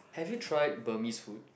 have you try Burmese food